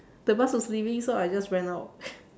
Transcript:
the bus was leaving so I just went out